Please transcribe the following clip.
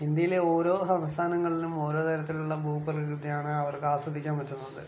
ഇന്ത്യയിലെ ഓരോ സംസ്ഥാനങ്ങളിലും ഓരോ തരത്തിലുള്ള ഭൂപ്രകൃതിയാണ് അവർക്ക് ആസ്വദിക്കാൻ പറ്റുന്നത്